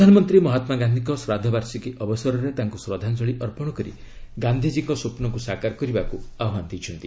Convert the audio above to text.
ପ୍ରଧାନମନ୍ତ୍ରୀ ମହାତ୍ମାଗାନ୍ଧିଙ୍କ ଶ୍ରାଦ୍ଧବାର୍ଷିକୀ ଅବସରରେ ତାଙ୍କୁ ଶ୍ରଦ୍ଧାଞ୍ଚଳି ଅର୍ପଣ କରି ଗାନ୍ଧିଜୀଙ୍କ ସ୍ୱପ୍ନକୁ ସାକାର କରିବାକୁ ଆହ୍ୱାନ ଦେଇଛନ୍ତି